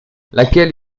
laquelle